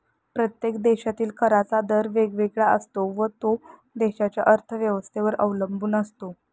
प्रत्येक देशातील कराचा दर वेगवेगळा असतो व तो त्या देशाच्या अर्थव्यवस्थेवर अवलंबून असतो